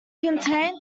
contained